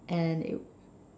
and it